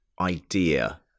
idea